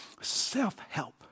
self-help